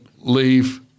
leave